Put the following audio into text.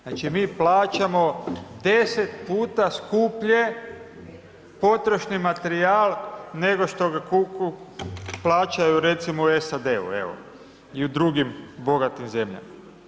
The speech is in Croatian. Znači mi plaćamo 10 puta skuplje potrošni materijal nego što ga plaćaju recimo u SAD-u evo i u drugim bogatim zemljama.